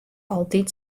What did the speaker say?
altyd